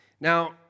Now